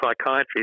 psychiatry